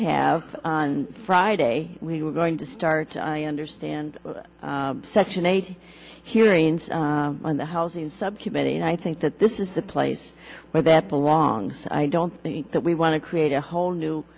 have on friday we're going to start understand section eight hearings on the housing subcommittee and i think that this is the place where that belongs i don't think that we want to create a whole new